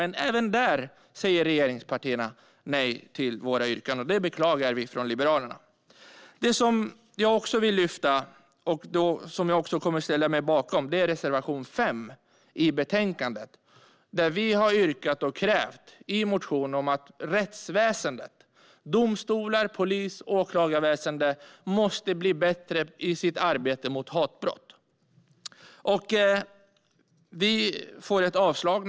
Men även där säger regeringspartierna nej till våra yrkanden. Det beklagar vi. Jag vill lyfta fram och ställa mig bakom reservation 5 i betänkandet. Vi har yrkat och krävt i en motion att rättsväsendet - domstolar, polis och åklagarväsen - måste bli bättre när det gäller arbetet mot hatbrott. Vi får naturligtvis avslag.